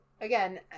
again